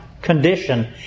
condition